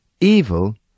Evil